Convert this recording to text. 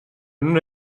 una